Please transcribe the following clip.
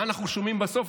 מה אנחנו שומעים בסוף?